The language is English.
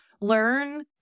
learn